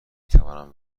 توانم